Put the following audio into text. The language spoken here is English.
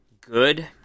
good